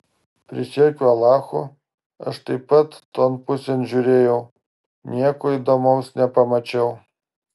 prisiekiu alachu aš taip pat ton pusėn žiūrėjau nieko įdomaus nepamačiau